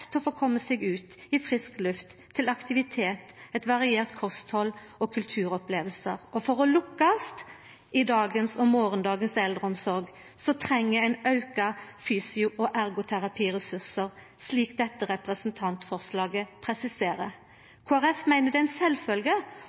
til å få koma seg ut i frisk luft, til aktivitet, eit variert kosthald og kulturopplevingar. For å lykkast med dagens og morgondagens eldreomsorg treng ein auka fysioterapi- og ergoterapiressursar, slik dette representantforslaget presiserer. Kristeleg Folkeparti meiner det er